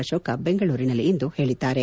ಅಶೋಕ ಬೆಂಗಳೂರಿನಲ್ಲಿಂದು ಹೇಳಿದ್ದಾರೆ